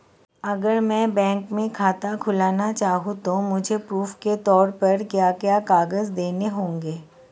अगर मैं बैंक में खाता खुलाना चाहूं तो मुझे प्रूफ़ के तौर पर क्या क्या कागज़ देने होंगे?